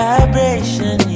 Vibration